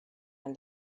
and